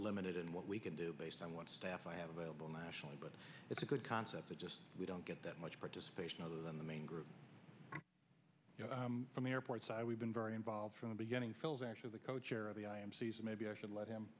limited in what we can do based on what staff i have available nationally but it's a good concept that we don't get that much participation other than the main group from the airport side we've been very involved from the beginning phil's actually the co chair of the i am season maybe i should let him